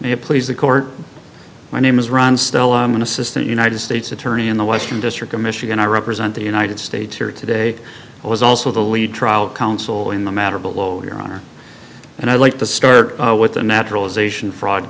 it please the court my name is ron stolen assistant united states attorney in the western district of michigan i represent the united states here today i was also the lead trial counsel in the matter below your honor and i'd like to start with the naturalization fraud